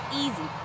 easy